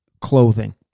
clothing